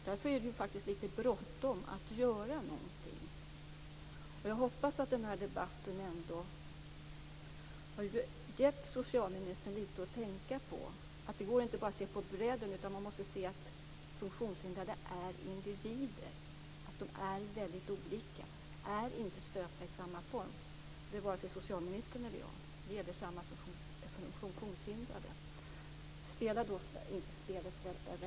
Därför är det bråttom att göra något. Jag hoppas att den här debatten har givit socialministern något att tänka på. Det går inte att bara se på bredden, utan man måste inse att funktionshindrade är individer, att de är väldigt olika, att de inte är stöpta i samma form. Det är inte heller socialministern och jag. Detsamma gäller för de funktionshindrade. Spela inte svälta räv med dem just nu.